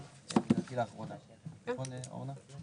חוק האיגו"ח שיאפשר בעצם לאג"ח אשראי